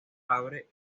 abre